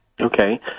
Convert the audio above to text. Okay